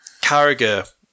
Carragher